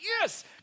yes